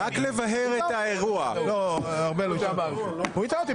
הוא הטעה אותי,